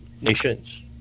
Nations